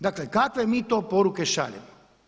Dakle kakve mi to poruke šaljemo.